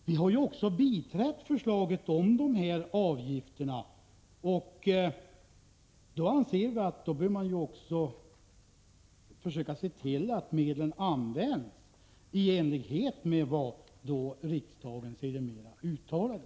Vi har ju biträtt förslaget om avgifterna, och då anser vi att man också bör försöka se till att medlen används i enlighet med vad riksdagen sedermera uttalade.